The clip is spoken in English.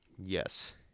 Yes